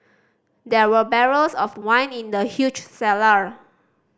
there were barrels of wine in the huge cellar